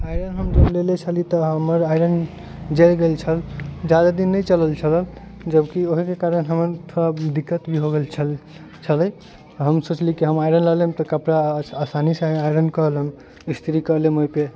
iron जब हम लेले छली तब हमर आयरन जलि गेल छल जादा दिन नहि चलल छलऽ जबकि ओहीके कारण हम थोड़ा दिक्कत भी हो गेल छल छलै हम सोचली कि हम आयरन लए लेब तऽ कपड़ा आसानीसँ आयरन कऽ लेब स्त्री कऽ लेब ओइपर